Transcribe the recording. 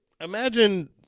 imagine